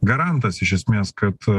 garantas iš esmės kad